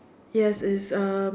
yes it's um